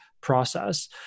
process